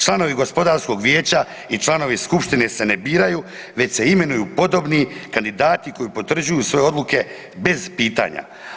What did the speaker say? Članovi Gospodarskog vijeća i članovi Skupštine se ne biraju, već se imenuju podobni kandidati koji potvrđuju svoje odluke bez pitanja.